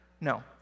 No